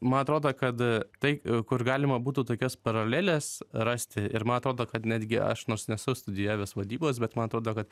man atrodo kad tai kur galima būtų tokias paraleles rasti ir man atrodo kad netgi aš nors nesu studijavęs vadybos bet man atrodo kad